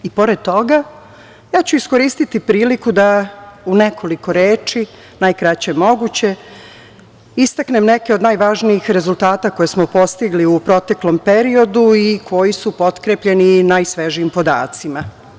Pored toga, ja ću iskoristiti priliku da u nekoliko reči, najkraće moguće, istaknem neke od najvažnijih rezultata koje smo postigli u prethodnom periodu i koji su potkrepljeni i najsvežijim podacima.